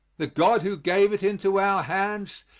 the god who gave it into our hands,